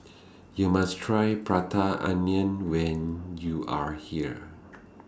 YOU must Try Prata Onion when YOU Are here